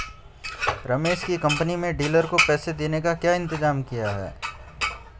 रमेश की कंपनी में डीलर को पैसा देने का क्या इंतजाम किया है?